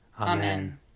Amen